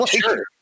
Sure